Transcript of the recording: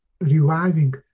reviving